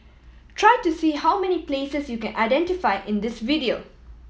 try to see how many places you can identify in this video